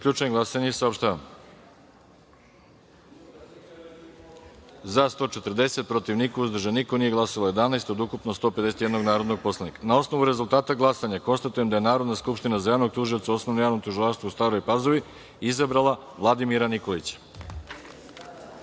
osnovu rezultata glasanja, konstatujem da je Narodna skupština za javnog tužioca u Osnovnom javnom tužilaštvu u Staroj Pazovi izabrala Vladimira Nikolića. Podsećam